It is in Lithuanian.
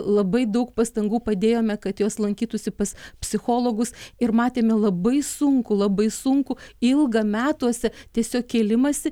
labai daug pastangų padėjome kad jos lankytųsi pas psichologus ir matėme labai sunkų labai sunkų ilgą metuose tiesiog kėlimąsi